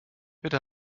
bitte